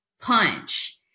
punch